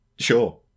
Sure